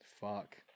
fuck